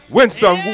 Winston